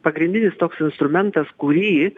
pagrindinis toks instrumentas kurį